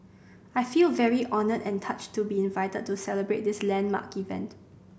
I feel very honoured and touched to be invited to celebrate this landmark event